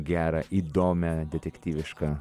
gerą įdomią detektyvišką